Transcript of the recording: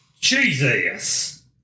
Jesus